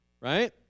right